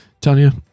Tanya